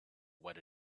what